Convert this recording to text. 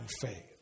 faith